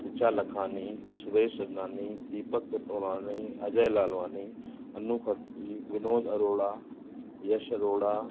ऋचा लखानी सुरेश चंदानी दीपक तो तोरानी अजय लालवानी अनु खत्री विनोद अरोड़ा यश अरोड़ा